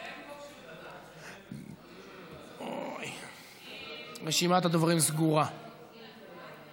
40 תומכים, אין מתנגדים, אין נמנעים.